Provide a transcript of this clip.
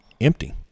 empty